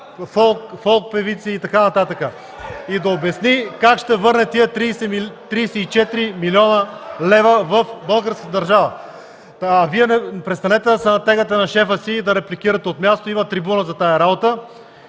Да обясни как ще върне тези 34 млн. лв. на българската държава! Вие престанете да се натягате на шефа си и да репликирате от място – има трибуна за тази работа.